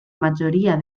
majoria